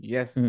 Yes